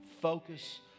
Focus